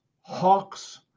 hawks